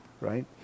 right